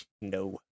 no